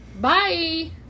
Bye